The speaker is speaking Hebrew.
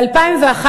ב-2011,